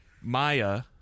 Maya